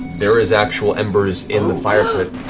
there is actual embers in the fire pit.